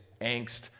angst